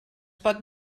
pot